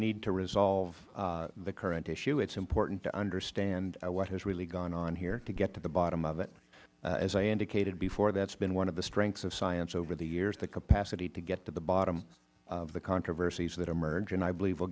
need to resolve the current issue it is important to understand what has really gone on here to get to the bottom of it as i indicated before that has been one of the strengths of science over the years the capacity to get to the bottom of the controversies that emerge and i believe we